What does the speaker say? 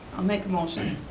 i'll make a motion.